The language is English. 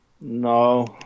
No